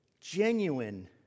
genuine